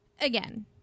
again